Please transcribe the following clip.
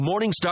Morningstar